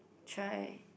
try